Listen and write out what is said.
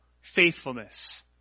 faithfulness